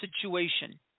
situation